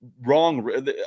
wrong